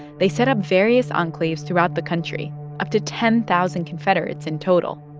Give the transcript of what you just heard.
they set up various enclaves throughout the country up to ten thousand confederates in total,